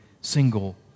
single